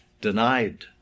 denied